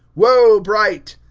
whoa, bright!